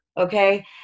okay